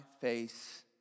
face